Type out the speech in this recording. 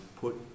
put